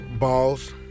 balls